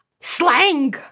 slang